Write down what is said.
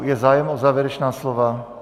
Je zájem o závěrečná slova?